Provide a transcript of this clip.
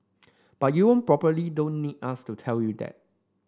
but you probably don't need us to tell you that